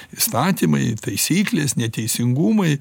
įstatymai taisyklės neteisingumai